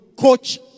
Coach